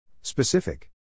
Specific